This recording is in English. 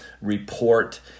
report